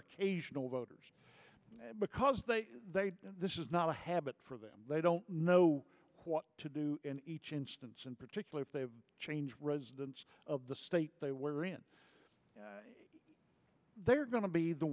occasional voters because they this is not a habit for them they don't know what to do in each instance in particular if they change residents of the state they were in they are going to be the